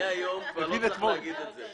מהיום כבר לא צריך לומר את זה.